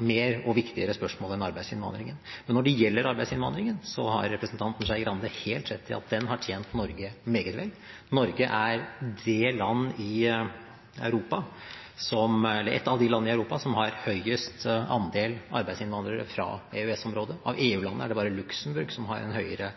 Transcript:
mer enn – og viktigere spørsmål enn – arbeidsinnvandringen. Men når det gjelder arbeidsinnvandringen, har representanten Skei Grande helt rett i at den har tjent Norge meget vel. Norge er et av de landene i Europa som har høyest andel arbeidsinnvandrere fra EØS-området. Av EU-landene er det bare Luxembourg som har en høyere